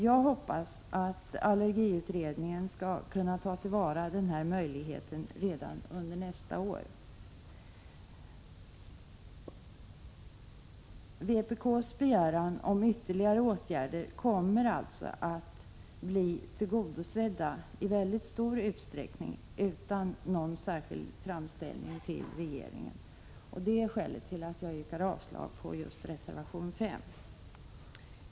Jag hoppas att allergiutredningen skall kunna ta till vara denna möjlighet redan under nästa år. Vpk:s begäran om ytterligare åtgärder kommer alltså att bli tillgodosedd i mycket stor utsträckning utan någon särskild framställning till regeringen. Det är skälet till att jag yrkar avslag på just reservation 5.